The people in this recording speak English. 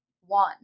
One